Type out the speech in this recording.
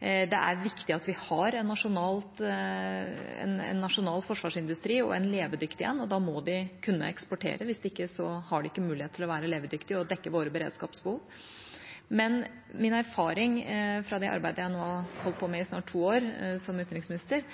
Det er viktig at vi har en nasjonal forsvarsindustri og en levedyktig en, og da må de kunne eksportere. Hvis ikke har de ikke mulighet til å være levedyktige og dekke våre beredskapsbehov. Min erfaring fra det arbeidet jeg nå har holdt på med i snart to år som utenriksminister,